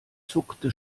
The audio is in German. zuckte